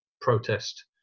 protest